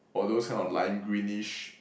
or those kind of lime greenish